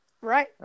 Right